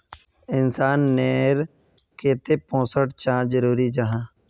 इंसान नेर केते पोषण चाँ जरूरी जाहा?